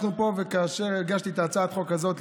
כאשר הגשתי את הצעת החוק הזו,